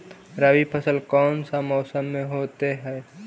रवि फसल कौन सा मौसम में होते हैं?